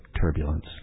turbulence